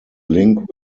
link